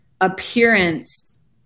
appearance